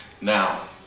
Now